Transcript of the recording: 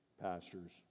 pastors